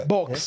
Box